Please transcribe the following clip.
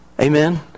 Amen